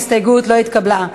ההסתייגות לא התקבלה.